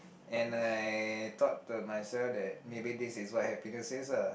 and I thought to myself that maybe this is what happiness says ah